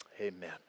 Amen